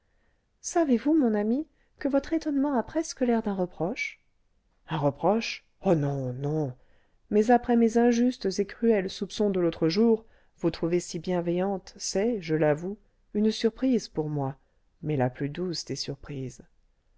savez-vous mon ami que votre étonnement a presque l'air d'un reproche un reproche oh non non mais après mes injustes et cruels soupçons de l'autre jour vous trouver si bienveillante c'est je l'avoue une surprise pour moi mais la plus douce des surprises